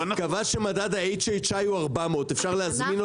קבעה שמדד ה-HHI הוא 400. אפשר להזמין אותה.